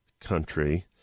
country